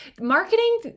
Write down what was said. Marketing